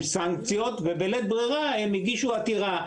סנקציות ובלית ברירה הן הגישו עתירה.